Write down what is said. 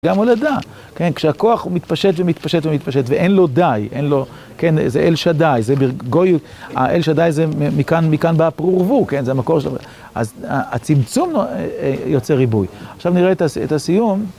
גם הולדה, כן, כשהכוח הוא מתפשט ומתפשט ומתפשט, ואין לו די, אין לו, כן, זה אל שדאי, זה גוי, האל שדאי זה מכאן, מכאן בא פרו ורבו, כן, זה המקור שלו, אז הצמצום יוצא ריבוי. עכשיו נראה את הסיום.